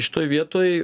šitoj vietoj